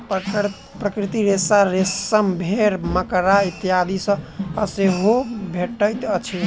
प्राकृतिक रेशा रेशम, भेंड़, मकड़ा इत्यादि सॅ सेहो भेटैत अछि